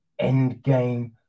Endgame